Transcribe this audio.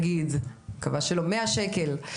למשל אני מקווה שלא בחודש,